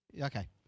Okay